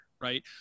right